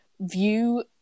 view